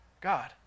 God